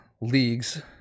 leagues